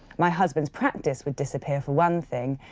my husband's practice would disappear for one thing,